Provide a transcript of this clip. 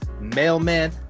mailman